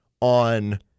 on